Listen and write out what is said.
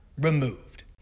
removed